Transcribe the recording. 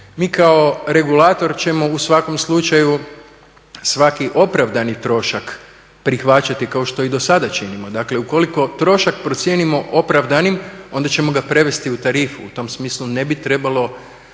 Mi kao regulator ćemo u svakom slučaju svaki opravdani trošak prihvaćati kao što i do sada činimo. Dakle, ukoliko trošak procijenimo opravdanim onda ćemo ga prevesti u tarifu. U tom smislu ne bi trebalo